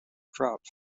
dropped